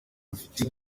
bafite